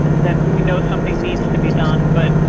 that we know something needs to be done, but.